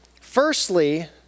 Firstly